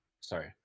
Sorry